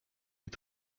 est